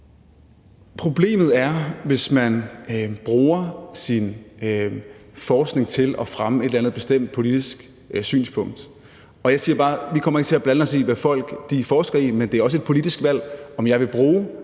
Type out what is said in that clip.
problemet er, hvis man bruger sin forskning til at fremme et eller andet bestemt politisk synspunkt, og jeg siger bare, at vi ikke kommer til at blande os i, hvad folk forsker i, men det er også et politisk valg, om jeg vil bruge